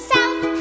South